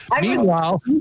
Meanwhile